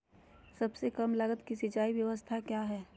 सबसे कम लगत की सिंचाई ब्यास्ता क्या है?